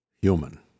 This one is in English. human